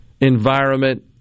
environment